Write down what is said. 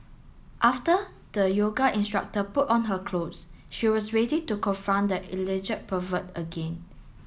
after the yoga instructor put on her clothes she was ready to confront the alleged pervert again